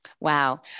Wow